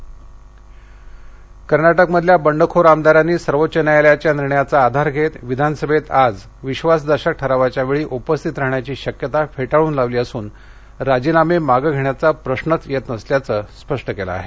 कर्नाटक कर्नाटकमधल्या बंडखोर आमदारांनी सर्वोच्च न्यायालयाच्या निर्णयाचा आधार घेत विधानसभेत आज विश्वासदर्शक ठरावाच्या वेळी उपस्थित राहण्याची शक्यता फेटाळून लावली असून राजीनामे मागं घेण्याचा प्रश्रच येत नसल्याचे स्पष्ट केलं आहे